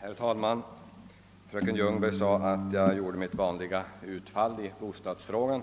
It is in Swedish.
Herr talman! Fröken Ljungberg sade att jag gjorde mitt vanliga lilla utfall i bostadsfrågan